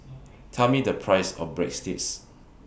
Tell Me The Price of Breadsticks